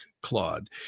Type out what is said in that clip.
Claude